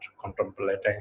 contemplating